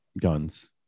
guns